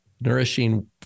nourishing